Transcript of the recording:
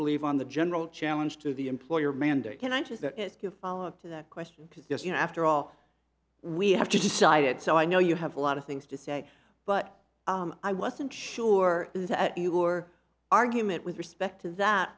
believe on the general challenge to the employer mandate qantas that you follow up to that question because you know after all we have to decide it so i know you have a lot of things to say but i wasn't sure that your argument with respect to that